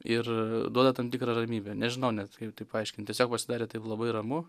ir duoda tam tikrą ramybę nežinau net kaip tai paaiškint tiesiog pasidarė taip labai ramu